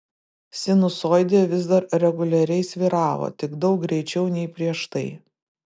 sinusoidė vis dar reguliariai svyravo tik daug greičiau nei prieš tai